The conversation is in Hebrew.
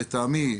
לטעמי,